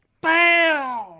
bam